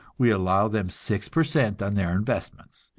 we allow them six per cent on their investments,